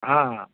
હા